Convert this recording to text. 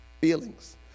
feelings